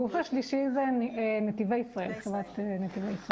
הגוף השלישי זה חברת נתיבי ישראל.